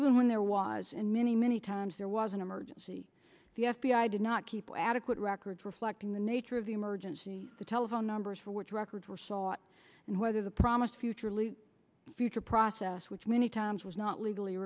even when there was in many many times there was an emergency the f b i did not keep adequate records reflecting the nature of the emergency the telephone numbers for which records were sought and whether the promised future legal future process which many times was not legally